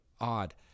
odd